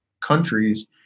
countries –